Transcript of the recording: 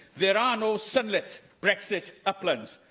there are no sunlit brexit uplands.